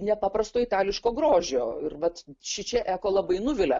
nepaprasto itališko grožio ir vat šičia eko labai nuvilia